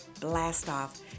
Blast-Off